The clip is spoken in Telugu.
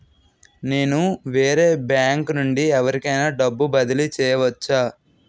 నేను వేరే బ్యాంకు నుండి ఎవరికైనా డబ్బు బదిలీ చేయవచ్చా?